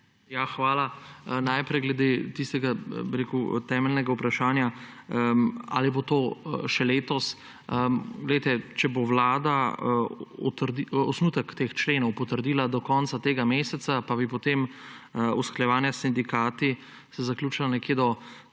Hvala. Najprej glede tistega temeljnega vprašanja, ali bo to še letos. Če bo Vlada osnutek teh členov potrdila do konca tega meseca, pa bi se potem usklajevanja s sindikati zaključila nekje do